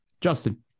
Justin